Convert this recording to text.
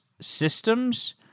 systems